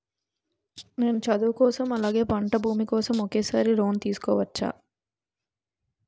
నేను చదువు కోసం అలాగే పంట భూమి కోసం ఒకేసారి లోన్ తీసుకోవచ్చా?